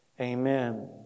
Amen